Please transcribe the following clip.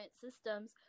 systems